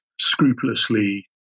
scrupulously